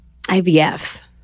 IVF